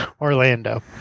Orlando